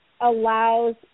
allows